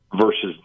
versus